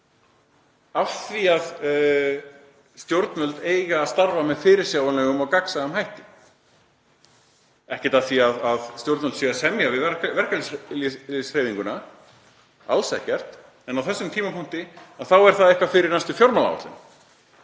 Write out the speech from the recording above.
af því að stjórnvöld eiga að starfa með fyrirsjáanlegum og gagnsæjum hætti. Það er ekkert að því að stjórnvöld séu að semja við verkalýðshreyfinguna, alls ekkert, en á þessum tímapunkti þá er það eitthvað fyrir næstu fjármálaáætlun.